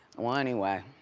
well, anyway.